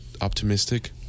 optimistic